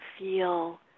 feel